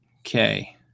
Okay